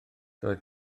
doedd